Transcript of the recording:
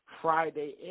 Friday